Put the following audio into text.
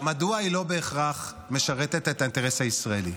מדוע היא לא בהכרח משרתת את האינטרס הישראלי?